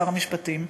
שר המשפטים.